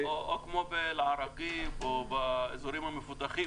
או באזורים המפותחים